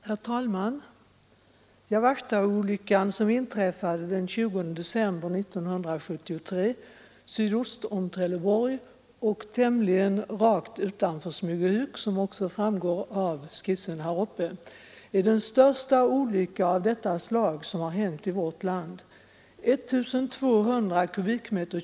Herr talman! Jawachtaolyckan, som inträffade den 20 december 1973 sydost om Trelleborg och tämligen rakt utanför Smygehuk, vilket också framgår av den skiss som jag visar på TV-skärmen, är den största olycka av detta slag som hänt i vårt land. 1 200 m?